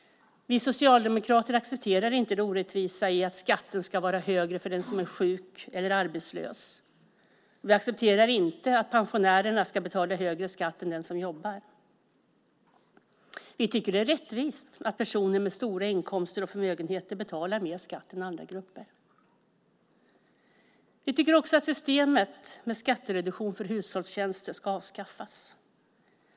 Vi socialdemokrater accepterar inte det orättvisa i att skatten ska vara högre för den som är sjuk eller arbetslös. Vi accepterar inte att pensionärerna ska betala högre skatt än de som jobbar. Vi tycker att det är rättvist att personer med stora inkomster och förmögenheter betalar mer skatt än andra grupper. Vi tycker också att systemet med skattereduktion för hushållstjänster ska avskaffas.